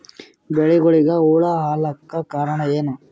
ಬೆಳಿಗೊಳಿಗ ಹುಳ ಆಲಕ್ಕ ಕಾರಣಯೇನು?